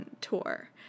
tour